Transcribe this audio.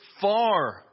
far